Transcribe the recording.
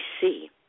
see